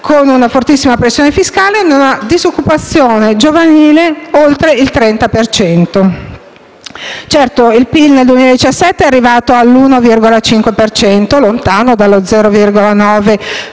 con una fortissima pressione fiscale e una disoccupazione giovanile oltre il 30 per cento. Certo, il PIL nel 2017 è arrivato all'1,5 per cento, lontano dallo 0,9